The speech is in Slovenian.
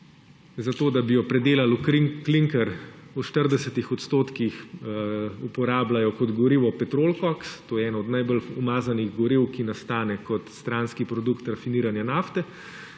za to da bi jo predelali v klinker v 40 odstotkih uporabljajo kot gorivo petrol koks, to je eno od najbolj umazanih goriv, ki nastane kot stranski produkt rafiniranja nafte,